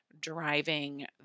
driving